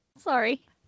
Sorry